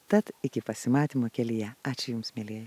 tad iki pasimatymo kelyje ačiū jums mielieji